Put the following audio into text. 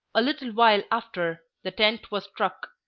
a little while after, the tent was struck,